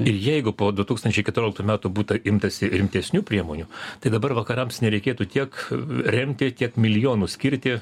ir jeigu po du tūkstančiai keturioliktų metų būta imtasi rimtesnių priemonių tai dabar vakarams nereikėtų tiek remti tiek milijonų skirti